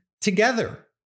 together